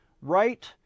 right